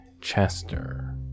chester